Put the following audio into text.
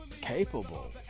capable